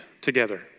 together